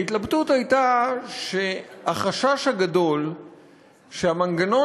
ההתלבטות הייתה החשש הגדול שהמנגנון